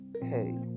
hey